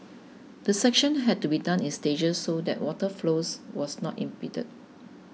the section had to be done in stages so that water flows was not impeded